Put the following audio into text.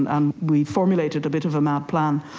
and um we formulated a bit of a mad plan,